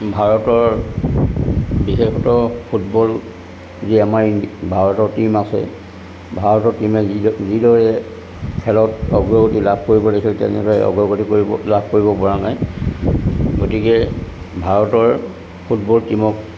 ভাৰতৰ বিশেষত্ব ফুটবল যি আমাৰ ভাৰতৰ টীম আছে ভাৰতৰ টীমে যি যিদৰে খেলত অগ্ৰগতি লাভ কৰিব লাগিছিল তেনেদৰে অগ্ৰগতি কৰিব লাভ কৰিব পৰা নাই গতিকে ভাৰতৰ ফুটবল টীমক